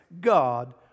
God